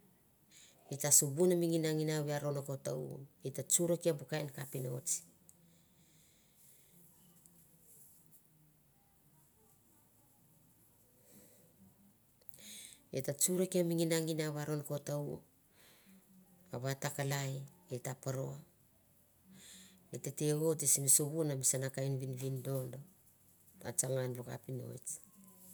I ta suvuna mi ngina nginou aron ko ta u i ta tsurakia bu kain kapinotsi i ta tsurakia mi ngina nginaou i aron ko tau a va ta kalai i ta poro i tete oti sim suvuna sana kain vinvindon na tsana an bu kapinotsi